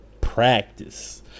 Practice